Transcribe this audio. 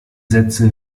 sätze